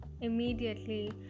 immediately